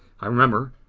i remember,